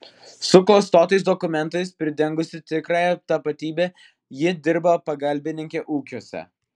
suklastotais dokumentais pridengusi tikrąją tapatybę ji dirbo pagalbininke ūkiuose